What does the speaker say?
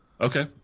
Okay